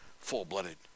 full-blooded